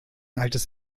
altes